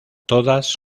todas